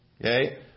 Okay